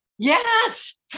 yes